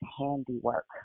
handiwork